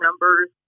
numbers